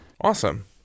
awesome